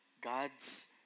God's